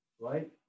right